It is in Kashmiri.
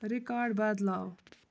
رِکاڈ بدلاو